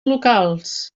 locals